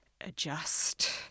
adjust